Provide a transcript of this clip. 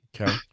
Okay